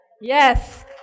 Yes